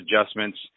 adjustments